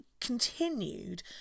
continued